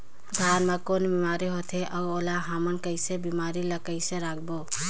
धान मा कौन बीमारी होथे अउ ओला हमन कइसे बीमारी ला कइसे रोकबो?